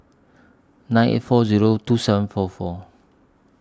nine eight four Zero two seven four four